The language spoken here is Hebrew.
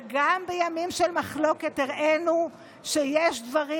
וגם בימים של מחלוקת הראינו שיש דברים